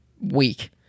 week